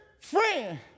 friend